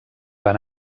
van